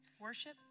Worship